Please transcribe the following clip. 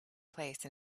place